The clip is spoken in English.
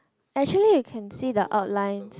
actually you can see the outline